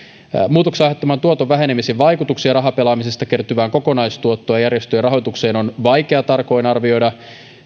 muutoksen aiheuttaman tuoton vähenemisen vaikutuksia rahapelaamisesta kertyvään kokonaistuottoon ja järjestöjen rahoitukseen on vaikea tarkoin arvioida